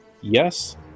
yes